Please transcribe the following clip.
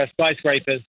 skyscrapers